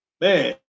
Man